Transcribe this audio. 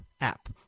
app